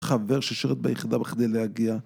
חבר ששירת ביחידה בכדי להגיע